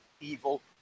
evil